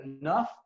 enough